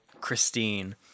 Christine